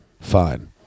fine